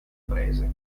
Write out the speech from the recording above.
prese